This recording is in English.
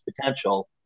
potential